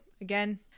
again